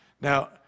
Now